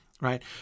right